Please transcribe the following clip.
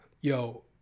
Yo